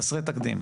חסרי תקדים,